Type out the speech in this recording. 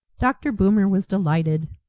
dr. boomer was delighted.